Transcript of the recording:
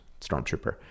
stormtrooper